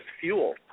fuel